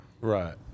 Right